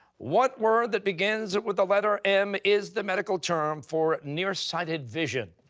what word that begins with the letter m is the medical term for nearsighted vision?